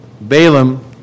Balaam